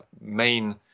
main